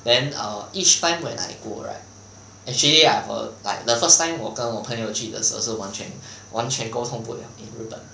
then err each time when I go right actually I've err like the first time 我跟我朋友去的时候是完全完全沟通不了日本